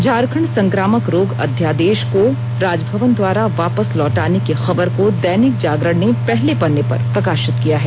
झारखंड संक्रामक रोग अध्यादेश को राजभवन द्वारा वापस लौटाने की खबर को दैनिक जागरण ने पहले पन्ने पर प्रकाशित किया है